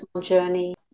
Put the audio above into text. journey